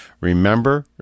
Remember